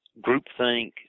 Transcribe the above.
groupthink